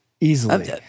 easily